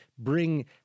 Bring